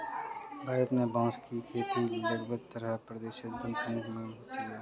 भारत में बाँस की खेती लगभग तेरह प्रतिशत वनभूमि में होती है